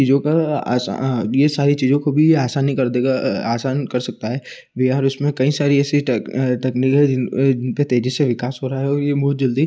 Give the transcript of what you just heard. चीज़ों का यह सारी चीज़ों को भी आसानी कर देगा आसान कर सकता है वी आर उसमें कई सारी ऐसी टेक तकनीक है जिन पर तेज़ी से विकास हो रहा है और यह बहुत जल्दी